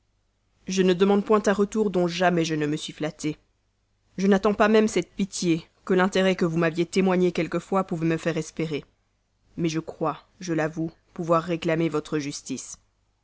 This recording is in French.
je ne demande point un retour dont jamais je ne me suis flatté je n'attends pas même cette pitié que l'intérêt que vous m'aviez témoigné quelquefois pouvait me faire espérer mais je crois je l'avoue pouvoir réclamer votre justice